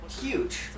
huge